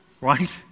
Right